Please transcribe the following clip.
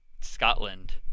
Scotland